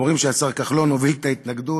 אומרים שהשר כחלון הוביל את ההתנגדות.